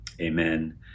amen